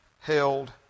held